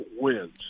wins